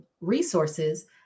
resources